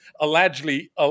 allegedly